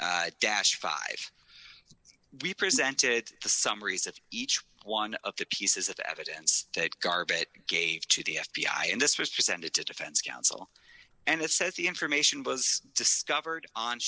four dash five we presented the summaries that each one of the pieces of evidence that garbage gave to the f b i in this st presented to defense counsel and it says the information was discovered on